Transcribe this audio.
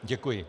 Děkuji.